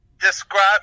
describe –